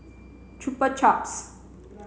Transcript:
Chupa Chups